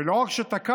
ולא רק שתקפנו,